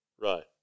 Right